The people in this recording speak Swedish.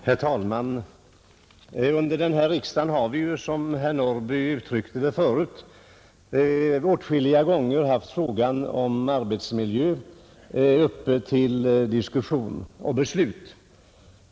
Herr talman! Under denna riksdag har vi, som herr Norrby uttryckte det förut, åtskilliga gånger haft frågan om arbetsmiljö uppe till diskussion och beslut.